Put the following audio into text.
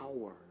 power